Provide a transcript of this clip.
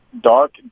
Dark